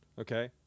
okay